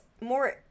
more